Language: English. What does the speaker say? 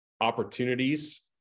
opportunities